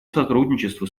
сотрудничеству